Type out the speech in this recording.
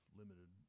limited